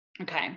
Okay